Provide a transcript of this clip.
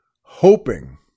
hoping